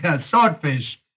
Swordfish